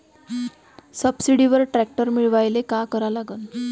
सबसिडीवर ट्रॅक्टर मिळवायले का करा लागन?